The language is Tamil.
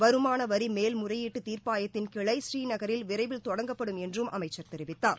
வருமான வரி மேல்முறையீட்டு தீர்ப்பாயத்தின் கிளை ஸ்ரீநகரில் விரைவில் தொடங்கப்படும் என்றும் அமைச்சர் தெரிவித்தார்